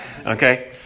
Okay